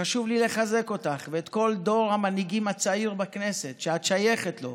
חשוב לי לחזק אותך ואת כל דור המנהיגים הצעיר בכנסת שאת שייכת אליו,